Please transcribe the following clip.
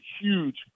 huge